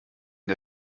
der